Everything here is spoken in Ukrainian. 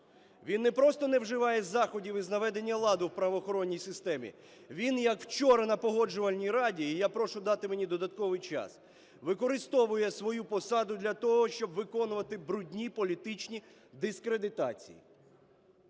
Він не просто не вживає заходів із наведення ладу в правоохоронній системі, він, як вчора на Погоджувальній раді (і я прошу дати мені додатковий час) використовує свою посаду для того, щоб виконувати брудні політичні дискредитації.